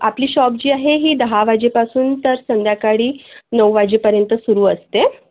आपली शॉप जी आहे ही दहा वाजेपासून तर संध्याकाळी नऊ वाजेपर्यंत सुरु असते